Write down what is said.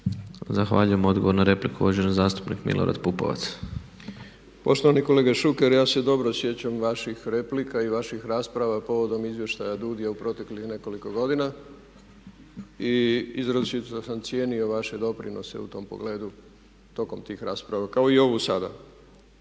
Zahvaljujem. Odgovor na repliku, uvaženi zastupnik Milorad Pupovac. **Pupovac, Milorad (SDSS)** poštovani kolega Šuker. Ja se dobro sjećam vaših replika i vaših rasprava povodom izvještaja DUUDI-ja u proteklih nekoliko godina i izričito sam cijenio vaše doprinose u tom pogledu, tokom tih rasprava kao i ovih sada.